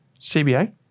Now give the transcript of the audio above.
CBA